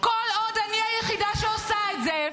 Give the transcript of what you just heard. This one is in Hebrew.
כל עוד אני היחידה שעושה את זה,